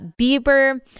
Bieber